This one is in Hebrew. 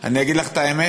אני אגיד לך את האמת,